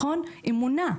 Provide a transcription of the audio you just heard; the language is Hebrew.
אמונה,